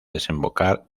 desembocar